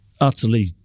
utterly